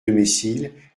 domicile